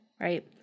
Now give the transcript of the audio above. right